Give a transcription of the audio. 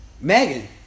megan